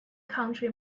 country